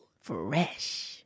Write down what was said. Fresh